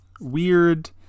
weird